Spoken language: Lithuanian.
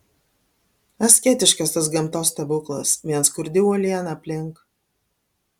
asketiškas tas gamtos stebuklas vien skurdi uoliena aplink